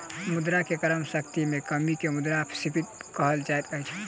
मुद्रा के क्रय शक्ति में कमी के मुद्रास्फीति कहल जाइत अछि